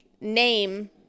name